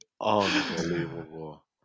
Unbelievable